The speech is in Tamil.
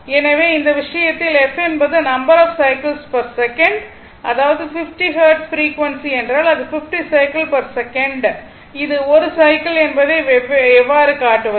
எனவே இந்த விஷயத்தில் f என்பது number of cycle per second அதாவது 50 ஹெர்ட்ஸ் ஃப்ரீக்வன்சி என்றால் அது 50 சைக்கிள் பெர் செகண்ட் இது 1 சைக்கிள் என்பதை எவ்வாறு காட்டுவது